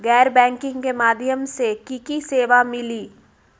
गैर बैंकिंग के माध्यम से की की सेवा मिली?